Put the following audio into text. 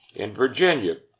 in virginia,